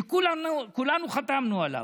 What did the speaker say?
וכולנו חתמנו עליו,